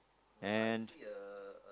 and